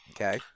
Okay